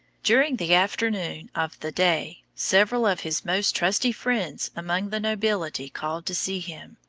during the afternoon of the day several of his most trusty friends among the nobility called to see him,